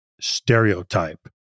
stereotype